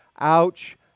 Ouch